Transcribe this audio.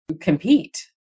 compete